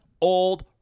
old